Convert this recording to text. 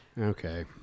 Okay